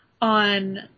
on